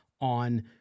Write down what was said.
on